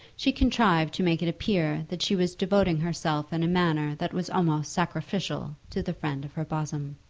she contrived to make it appear that she was devoting herself in a manner that was almost sacrificial to the friend of her bosom.